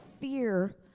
fear